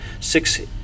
Six